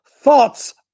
thoughts